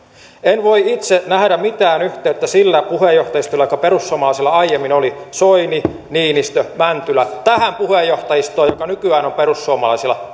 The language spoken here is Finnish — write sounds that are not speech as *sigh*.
en voi itse nähdä mitään yhteyttä sillä puheenjohtajistolla joka perussuomalaisilla aiemmin oli soini niinistö mäntylä tähän puheenjohtajistoon joka nykyään on perussuomalaisilla *unintelligible*